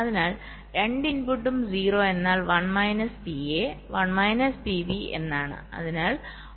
അതിനാൽ രണ്ട് ഇൻപുട്ടും 0 എന്നാൽ 1 മൈനസ് പിഎ 1 മൈനസ് പിബി എന്നാണ്